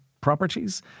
properties